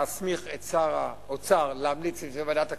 להסמיך את שר האוצר להמליץ על זה לוועדת הכספים,